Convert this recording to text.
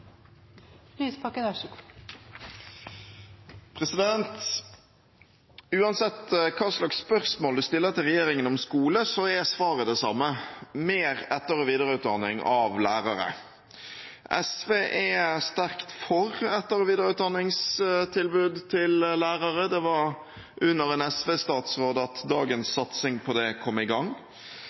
svaret det samme: mer etter- og videreutdanning av lærere. SV er sterkt for etter- og videreutdanningstilbud til lærere, det var under en SV-statsråd at dagens satsing på det kom i gang.